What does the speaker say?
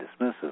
dismissive